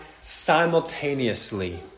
simultaneously